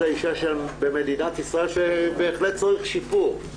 האישה במדינת ישראל שבהחלט צריך שיפור.